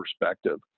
perspective